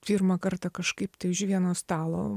pirmą kartą kažkaip tai už vieno stalo